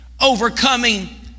overcoming